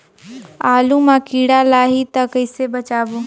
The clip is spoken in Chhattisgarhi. आलू मां कीड़ा लाही ता कइसे बचाबो?